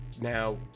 now